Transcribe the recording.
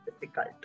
difficult